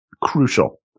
crucial